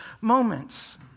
moments